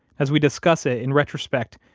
as we discuss it in retrospect,